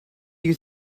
you